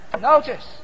notice